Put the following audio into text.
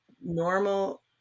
normal –